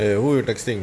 eh who you texting